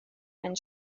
einen